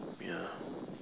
ya